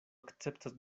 akceptas